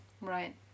Right